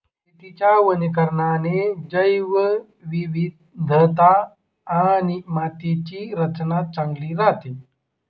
शेतीच्या वनीकरणाने जैवविविधता आणि मातीची रचना चांगली राहते